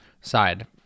side